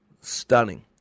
stunning